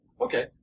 Okay